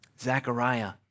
Zechariah